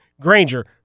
Granger